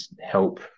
help